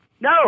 No